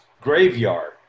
graveyard